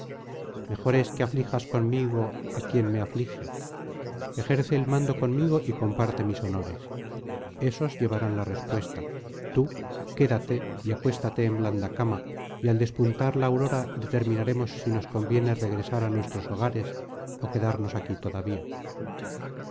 mejor es que aflijas conmigo á quien me aflige ejerce el mando conmigo y comparte mis honores esos llevarán la respuesta tú quédate y acuéstate en blanda cama y al despuntar la aurora determinaremos si nos conviene regresar á nuestros hogares ó quedarnos aquí todavía